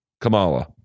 Kamala